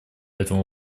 этому